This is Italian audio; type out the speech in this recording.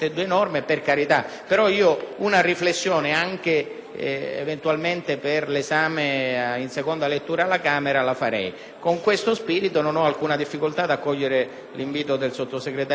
Con questo spirito, non ho alcuna difficoltà ad accogliere l'invito del sottosegretario Mantovano a ritirare l'emendamento, sottolineando però l'importanza di questi due aspetti.